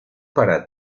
para